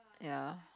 ya